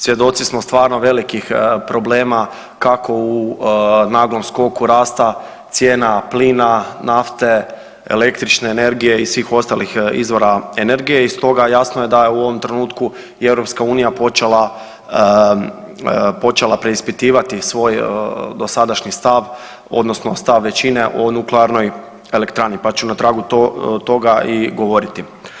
Svjedoci smo stvarno velikih problema kako u naglom skoku rasta cijena plina, nafte, električne energije i svih ostalih izvora energije i stoga jasno je da u ovom trenutku i EU počela preispitivati svoj dosadašnji stav odnosno stav većine o nuklearnoj elektrani, pa ću na tragu toga i govoriti.